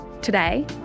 Today